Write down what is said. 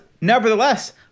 nevertheless